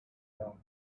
long